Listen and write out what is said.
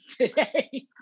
today